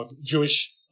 Jewish